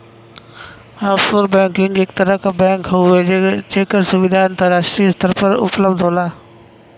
offshore banking एक तरह क बैंक हउवे जेकर सुविधा अंतराष्ट्रीय स्तर पर उपलब्ध होला